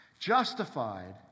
justified